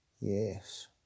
Yes